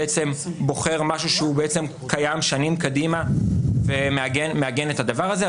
בעצם בוחר משהו שהוא קיים שנים קדימה ומעגן את הדבר הזה.